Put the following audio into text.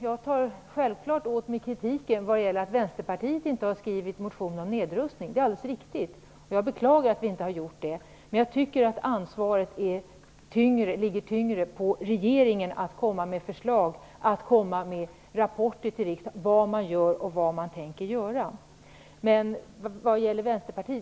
Jag tar självklart åt mig kritiken av att Vänsterpartiet inte har väckt någon motion om nedrustning. Det är alldeles riktigt. Jag beklagar att vi inte har gjort detta. Jag tycker dock att ansvaret ligger tyngre på regeringen att komma med rapporter och förslag till riksdagen som visar vad man gör och vad man vill göra.